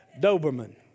Doberman